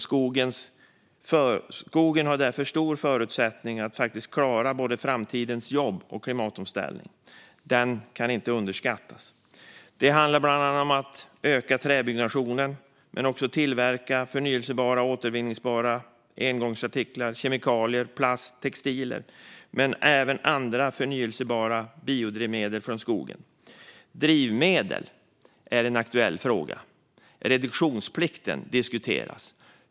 Skogen har därför goda förutsättningar att klara både framtidens jobb och klimatomställningen. Den ska inte underskattas. Det handlar bland annat om att öka träbyggnationen men också om att tillverka förnybara och återvinnbara engångsartiklar, kemikalier, plaster och textilier samt förnybara biodrivmedel från skogen. Drivmedel är en aktuell fråga. Reduktionsplikten diskuteras.